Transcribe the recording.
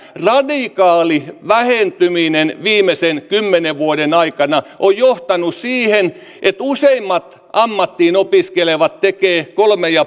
radikaali vähentyminen viimeisen kymmenen vuoden aikana on johtanut siihen että useimmat ammattiin opiskelevat tekevät kolme